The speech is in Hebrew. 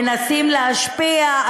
מנסים להשפיע,